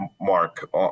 mark